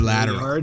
Lateral